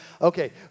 Okay